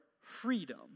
freedom